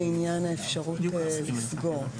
לעניין האפשרות לסגור.